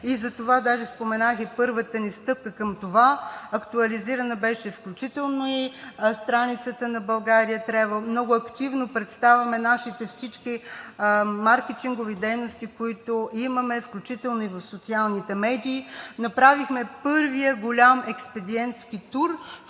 затова споменах първата ни стъпка към това – актуализирана беше включително и страницата на „България Травъл“. Много активно представяме всички наши маркетингови дейности, които имаме, включително и в социалните медии. Направихме първия голям експедиентски тур,